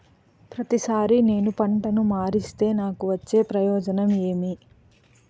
ప్రతిసారి నేను పంటను మారిస్తే నాకు వచ్చే ప్రయోజనం ఏమి?